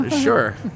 Sure